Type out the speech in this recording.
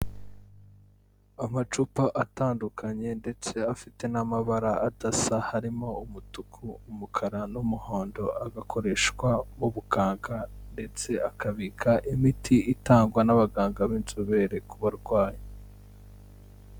Amacupa atandukanye ndetse afite n'amabara adasa, harimo umutuku, umukara n'umuhondo, agakoreshwa mu buganga ndetse akabika imiti itangwa n'abaganga b'inzobere ku barwayi.